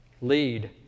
lead